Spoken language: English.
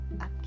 up